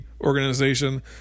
Organization